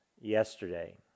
yesterday